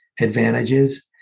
advantages